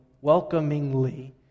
welcomingly